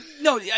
no